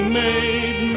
made